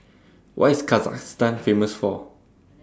What IS Kazakhstan Famous For